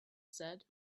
said